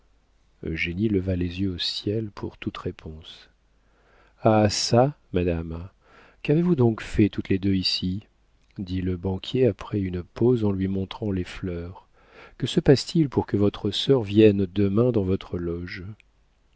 désole eugénie leva les yeux au ciel pour toute réponse ah çà madame qu'avez-vous donc fait toutes deux ici dit le banquier après une pause en lui montrant les fleurs que se passe-t-il pour que votre sœur vienne demain dans votre loge